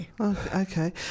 Okay